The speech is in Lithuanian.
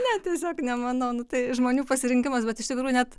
ne tiesiog nemanau nu tai žmonių pasirinkimas bet iš tikrųjų net